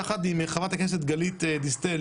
יחד עם חברת הכנסת גלית דיסטל,